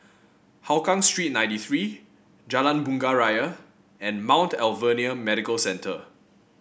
Hougang Street ninety three Jalan Bunga Raya and Mount Alvernia Medical Centre